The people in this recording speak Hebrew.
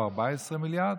או 14 מיליארד,